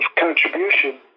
contribution